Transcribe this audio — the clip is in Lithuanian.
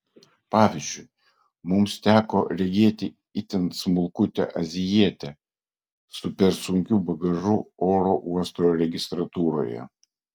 pavyzdžiui mums teko regėti itin smulkutę azijietę su per sunkiu bagažu oro uosto registratūroje